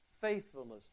faithfulness